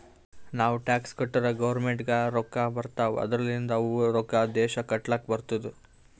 ನಾವ್ ಟ್ಯಾಕ್ಸ್ ಕಟ್ಟುರ್ ಗೌರ್ಮೆಂಟ್ಗ್ ರೊಕ್ಕಾ ಬರ್ತಾವ್ ಅದೂರ್ಲಿಂದ್ ಅವು ರೊಕ್ಕಾ ದೇಶ ಕಟ್ಲಕ್ ಬರ್ತುದ್